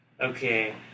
Okay